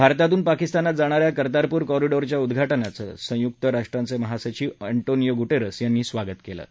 भारतातून पाकिस्तानात जाणा या कर्तारपूर कॉरिडॉरच्या उद्घाटनाचं संयुक्त राष्ट्रांचे महासचिव अँटोनियो गुटेरस यांनी स्वागत केलं आहे